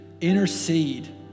intercede